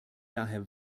daher